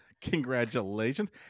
Congratulations